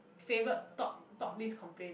favourite top top list complain